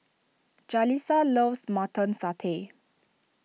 Jalissa loves Mutton Satay